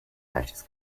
falsches